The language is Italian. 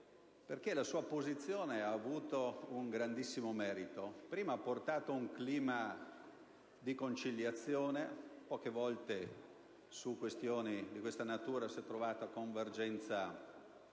la sua posizione ha avuto un grandissimo merito: dapprima ha portato un clima di conciliazione (poche volte su questioni di questa natura si è trovata una convergenza